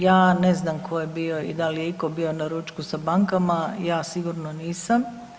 Ja ne znam ko je bio i da li je iko bio na ručku sa bankama, ja sigurno nisam.